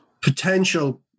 potential